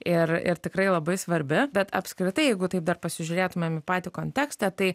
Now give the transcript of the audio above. ir ir tikrai labai svarbi bet apskritai jeigu taip dar pasižiūrėtumėm į patį kontekstą tai